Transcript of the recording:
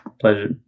Pleasure